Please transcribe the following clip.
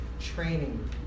training